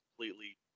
completely